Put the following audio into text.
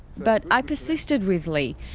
but i persisted with leigh.